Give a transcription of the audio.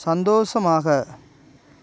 சந்தோஷமாக